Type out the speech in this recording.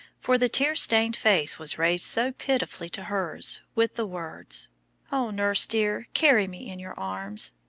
for the tear-stained face was raised so pitifully to hers with the words oh, nurse, dear, carry me in your arms.